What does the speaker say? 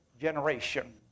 generation